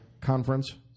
conference